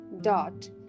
dot